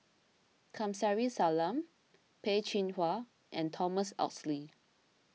Kamsari Salam Peh Chin Hua and Thomas Oxley